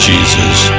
Jesus